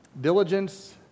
Diligence